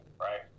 right